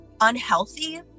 unhealthy